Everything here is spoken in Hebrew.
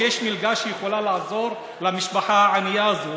כשיש מלגה שיכולה לעזור למשפחה הענייה הזו